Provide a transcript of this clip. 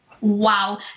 Wow